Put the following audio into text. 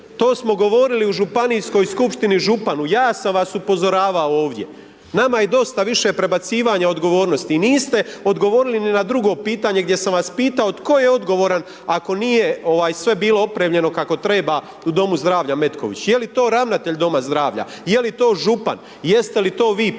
To smo govorili u županijskoj skupštini županu, ja sam vas upozoravao ovdje, nama je dosta više prebacivanja odgovornosti i niste odgovorili ni na drugo pitanje, gdje sam vas pitao tko je odgovoran ako nije ovaj sve bilo opremljeno kako treba u Domu zdravlja Metković, je li to ravnatelj doma zdravlja, je li to župan, jeste li to vi